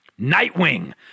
nightwing